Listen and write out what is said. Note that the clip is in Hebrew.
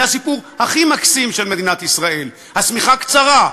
זה הסיפור הכי מקסים של מדינת ישראל: השמיכה קצרה,